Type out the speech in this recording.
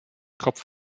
kopf